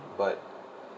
but